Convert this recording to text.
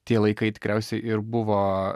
tie laikai tikriausiai ir buvo